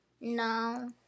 no